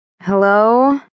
Hello